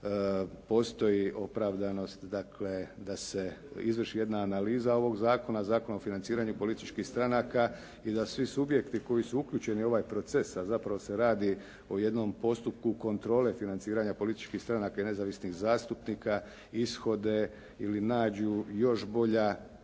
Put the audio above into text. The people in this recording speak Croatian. postoji opravdanost dakle da se izvrši jedna analiza ovog zakona, Zakona o financiranju političkih stranaka i da svi subjekti koji su uključeni u ovaj proces, a zapravo se radi o jednom postupku kontrole financiranja političkih stranaka i nezavisnih zastupnika ishode ili nađu još boja